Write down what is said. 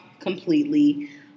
completely